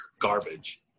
garbage